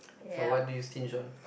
so what do you stinge on